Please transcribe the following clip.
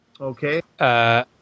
Okay